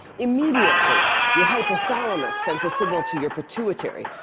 immediately, your hypothalamus sends a signal to your pituitary,